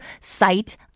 site